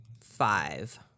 five